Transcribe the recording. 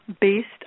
based